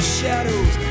shadows